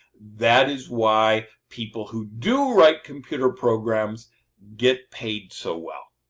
that is why people who do write computer programs get paid so well.